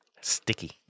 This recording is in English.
Sticky